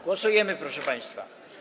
Głosujemy, proszę państwa.